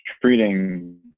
treating